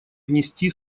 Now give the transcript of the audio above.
внести